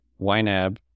YNAB